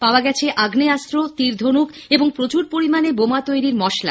পাওয়া গেছে আগ্নেয়াস্ত্র তীর ধনুক এবং প্রচুর পরিমাণে বোমা তৈরির মশলা